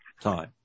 time